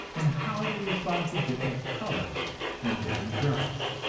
and how they respond to different colors and different drugs.